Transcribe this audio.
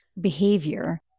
behavior